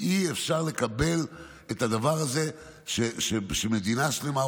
אי-אפשר לקבל את הדבר הזה שמדינה שלמה,